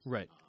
Right